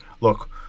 look